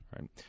Right